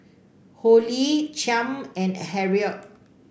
Holly Chaim and Harrold